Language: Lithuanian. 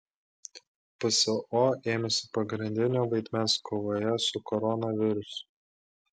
pso ėmėsi pagrindinio vaidmens kovoje su koronavirusu